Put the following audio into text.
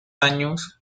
años